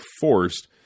forced